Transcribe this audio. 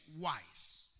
wise